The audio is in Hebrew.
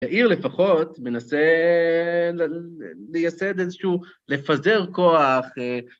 העיר לפחות מנסה לייסד איזשהו, לפזר כוח.